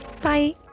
bye